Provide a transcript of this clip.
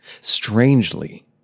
strangely